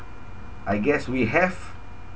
I guess we have